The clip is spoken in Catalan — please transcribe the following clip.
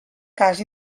cas